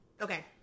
Okay